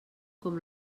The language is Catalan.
com